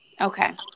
okay